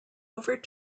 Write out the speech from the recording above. over